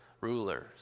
rulers